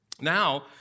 Now